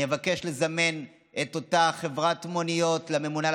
אני אבקש לזמן את אותה חברת מוניות לממונה על